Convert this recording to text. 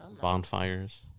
bonfires